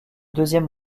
deuxième